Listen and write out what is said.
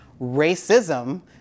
racism